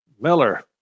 Miller